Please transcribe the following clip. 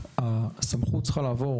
הסמכות צריכה לעבור